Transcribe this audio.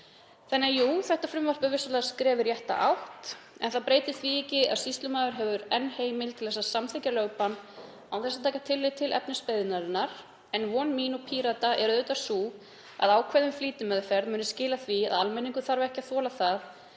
Þannig að jú, þetta frumvarp er vissulega skref í rétta átt, en það breytir því ekki að sýslumaður hefur enn heimild til að samþykkja lögbann án þess að taka tillit til efnis beiðninnar en von mín og Pírata er auðvitað sú að ákvæði um flýtimeðferð muni skila því að almenningur þurfi ekki að þola það